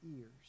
ears